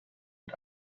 und